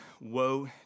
Woe